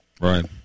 Right